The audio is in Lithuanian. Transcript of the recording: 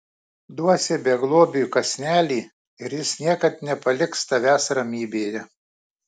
duosi beglobiui kąsnelį ir jis niekad nepaliks tavęs ramybėje